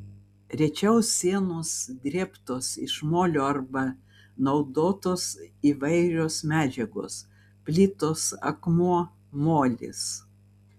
rečiau sienos drėbtos iš molio arba naudotos įvairios medžiagos plytos akmuo molis